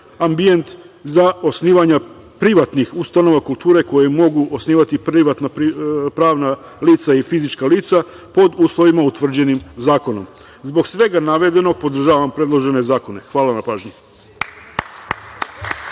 ambijent za osnivanja privatnih ustanova kulture, koje mogu osnivati privatna pravna lica i fizička lica, pod uslovima utvrđenim zakonom. Zbog svega navedenog, podržavam predložene zakone. Hvala na pažnji.